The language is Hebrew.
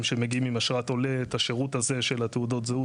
שמגיעים עם אשרת עולה את השירות הזה של תעודת הזהות,